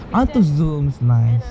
I want to zoom looks nice